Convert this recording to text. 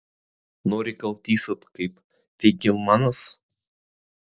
nori gal tysot kaip feigelmanas